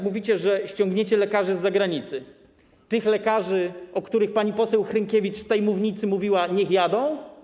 Mówicie, że ściągniecie lekarzy z zagranicy, tych lekarzy, o których pani poseł Hrynkiewicz z tej mównicy mówiła: „niech jadą”